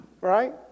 Right